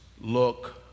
look